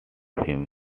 him